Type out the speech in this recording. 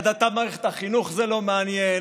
והדתה במערכת החינוך זה לא מעניין,